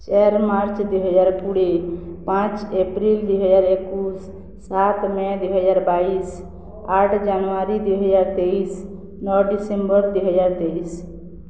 ଚାରି ମାର୍ଚ୍ଚ ଦୁଇହଜାର କୋଡ଼ିଏ ପାଞ୍ଚ ଏପ୍ରିଲ ଦୁଇହଜାର ଏକୋଇଶି ସାତ ମେ ଦୁଇହଜାର ବାଇଶି ଆଠ ଜାନୁଆରୀ ଦୁଇହଜାର ତେଇଶି ନଅ ଡ଼ିସେମ୍ବର ଦୁଇହଜାର ତେଇଶି